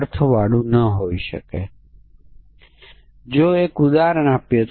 3 વિશે શું 101 વિશે શું તેથી આ પણ પરીક્ષણની જરૂર છે